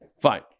Fine